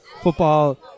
football